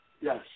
Yes